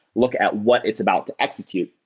look at what it's about to execute.